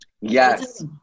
Yes